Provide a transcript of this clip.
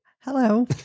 Hello